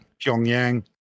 Pyongyang